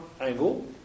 angle